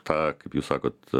tą kaip jūs sakot